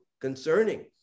concerning